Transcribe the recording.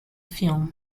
film